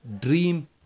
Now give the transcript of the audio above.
dream